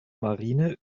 marine